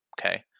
Okay